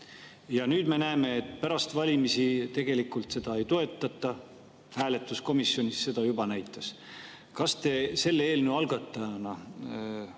Nüüd me näeme, et pärast valimisi seda [eelnõu] ei toetata. Hääletus komisjonis seda juba näitas. Kas te selle eelnõu algatajana